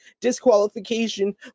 disqualification